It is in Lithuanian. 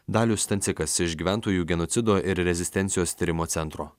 dalius stancikas iš gyventojų genocido ir rezistencijos tyrimo centro